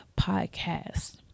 podcast